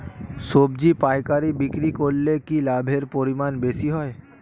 সবজি পাইকারি বিক্রি করলে কি লাভের পরিমাণ বেশি হয়?